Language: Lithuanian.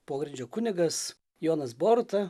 pogrindžio kunigas jonas boruta